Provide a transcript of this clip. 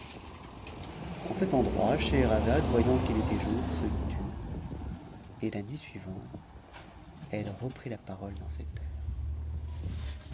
en cet endroit scheherazade voyant qu'il était jour se tut et la nuit suivante elle reprit la parole dans ces termes